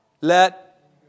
let